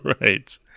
Right